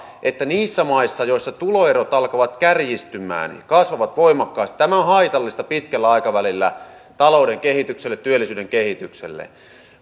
että niissä maissa joissa tuloerot alkavat kärjistymään kasvavat voimakkaasti tämä on haitallista pitkällä aikavälillä talouden kehitykselle työllisyyden kehitykselle